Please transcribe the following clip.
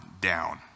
down